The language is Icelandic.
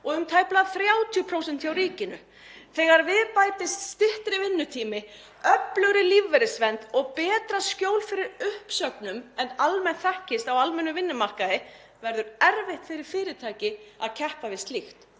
og um tæplega 30% hjá ríkinu. Þegar við bætist styttri vinnutími, öflugri lífeyrisvernd og betra skjól fyrir uppsögnum en almennt þekkist á almennum vinnumarkaði verður erfitt fyrir fyrirtæki að keppa við slíkt.